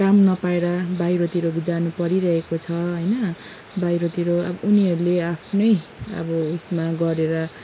काम नपाएर बाहिरतिर जानु परिरहेको छ होइन बाहिरतिर अब उनीहरूले आफ्नै अब ऊ यसमा गरेर